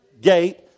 Gate